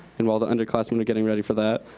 and while the underclassmen are getting ready for that,